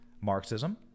Marxism